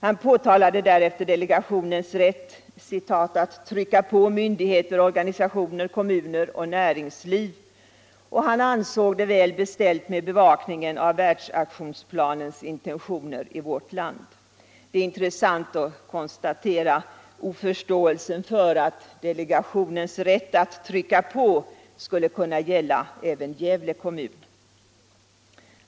Han pekade därefter på delegationens rätt ”att trycka på myndigheter, organisationer, kommuner och näringsliv” och han ansåg det väl beställt med bevakningen av världsaktionsplanens intentioner i vårt land. Det är intressant att konstatera oförståelsen för att delegationens rätt att ”trycka på” skulle kunna gälla även Gävle kommun.